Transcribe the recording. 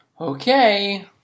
Okay